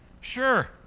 sure